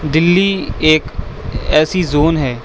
دلی ایک ایسی زون ہے